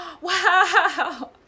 Wow